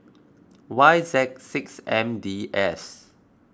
Y Z six M D S